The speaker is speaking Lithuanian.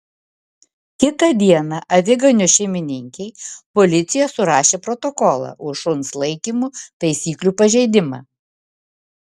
kitą dieną aviganio šeimininkei policija surašė protokolą už šuns laikymo taisyklių pažeidimą